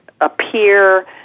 appear